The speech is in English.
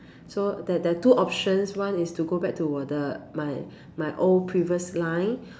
so there there're two options one is to go back to 我的 my my old previously line